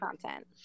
content